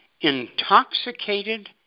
intoxicated